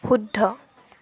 শুদ্ধ